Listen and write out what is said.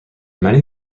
many